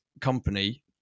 company